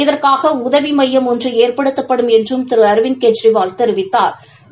இதற்காக உதவி மையம் ஒன்று ஏற்படுத்தப்படும் என்றும் திரு அரவிந்த் கெஜ்ரிவால் தெரிவித்தாா்